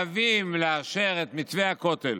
לאשר את מתווה הכותל.